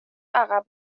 عقب